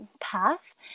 path